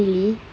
really